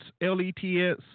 L-E-T-S